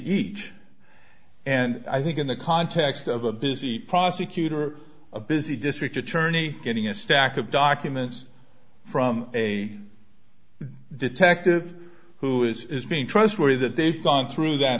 each and i think in the context of a busy prosecutor or a busy district attorney getting a stack of documents from a detective who is being trustworthy that they've gone through that